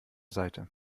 seite